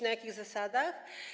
Na jakich zasadach?